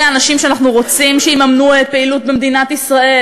אלה האנשים שאנחנו רוצים שיממנו פעילות במדינת ישראל?